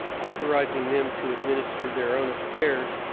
authorizing them to administer their own affairs,